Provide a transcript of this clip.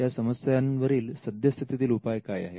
त्या समस्यांवरील सद्यस्थितीतील उपाय काय आहेत